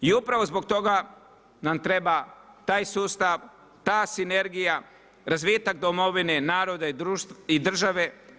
I upravo zbog toga nam treba taj sustav, ta sinergija, razvitak domovine, naroda i države.